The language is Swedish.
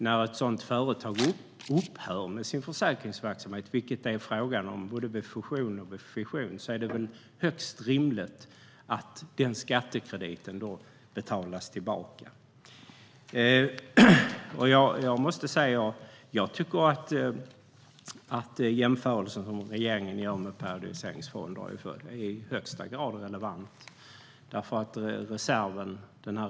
När ett sådant företag upphör med sin försäkringsverksamhet, vilket det är fråga om vid både fusion och fission, är det väl högst rimligt att skattekrediten betalas tillbaka. Jag tycker att den jämförelse som regeringen gör med periodiseringsfonder i högsta grad är relevant.